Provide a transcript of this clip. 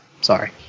Sorry